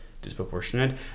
disproportionate